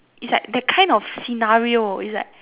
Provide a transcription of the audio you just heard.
is like that kind of scenario is like